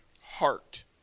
heart